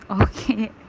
okay